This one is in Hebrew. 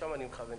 ולשם אני מכוון,